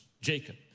Jacob